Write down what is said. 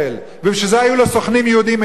ובשביל זה היו לו סוכנים יהודים מהיבסקציה.